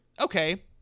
okay